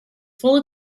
full